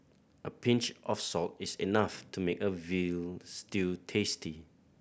a pinch of salt is enough to make a veal stew tasty